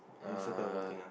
uh